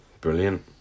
brilliant